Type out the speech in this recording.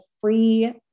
free